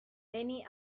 many